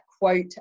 quote